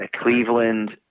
Cleveland